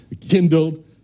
Kindled